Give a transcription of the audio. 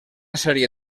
sèrie